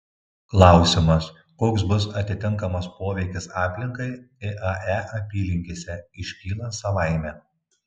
klausimas koks bus atitinkamas poveikis aplinkai iae apylinkėse iškyla savaime